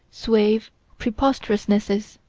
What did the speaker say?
suave preposterousnesses.